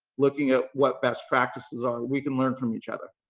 looking at what best practices are, we can learn from each other.